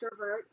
extrovert